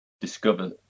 discover